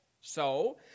So